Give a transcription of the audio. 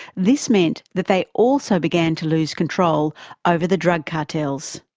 this meant that they also began to lose control over the drug cartels.